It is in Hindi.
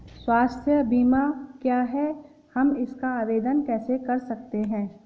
स्वास्थ्य बीमा क्या है हम इसका आवेदन कैसे कर सकते हैं?